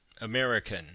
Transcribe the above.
American